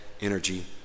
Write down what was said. energy